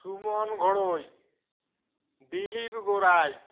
Suman Ghorui Dilip Gorai